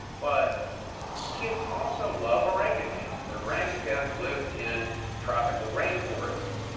but kids also love orangutans, and orangutans live in tropical rain forests.